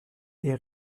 est